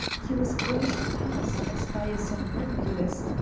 he was brushed past as by a somnambulist,